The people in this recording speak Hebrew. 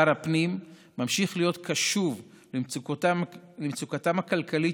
שר הפנים ממשיך להיות קשוב למצוקתם הכלכלית